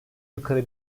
yukarı